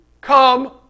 come